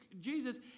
Jesus